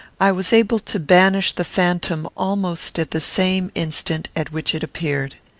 i was able to banish the phantom almost at the same instant at which it appeared.